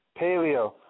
paleo